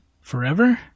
Forever